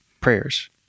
prayers